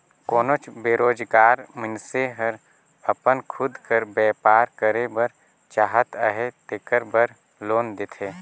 कोनोच बेरोजगार मइनसे हर अपन खुद कर बयपार करे बर चाहत अहे तेकर बर लोन देथे